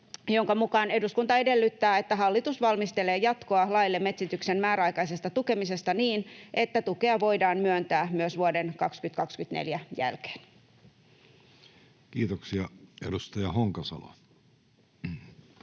jonka mukaan ”eduskunta edellyttää, että hallitus valmistelee jatkoa laille metsityksen määräaikaisesta tukemisesta niin, että tukea voidaan myöntää myös vuoden 2024 jälkeen”. [Speech 130] Speaker: